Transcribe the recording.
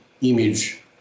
image